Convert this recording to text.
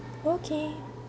okay